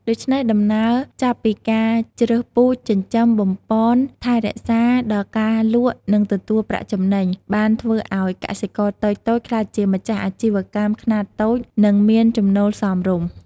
ដូច្នេះ ដំណើរចាប់ពីការជ្រើសពូជ ចិញ្ចឹម បំប៉ន ថែរក្សា ដល់ការលក់និងទទួលប្រាក់ចំណេញ បានធ្វើឲ្យកសិករតូចៗក្លាយជាម្ចាស់អាជីវកម្មខ្នាតតូច និងមានចំណូលសមរម្យ។